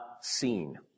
seen